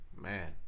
man